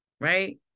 right